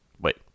Wait